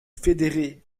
fédérés